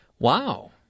Wow